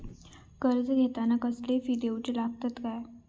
कर्ज घेताना कसले फी दिऊचे लागतत काय?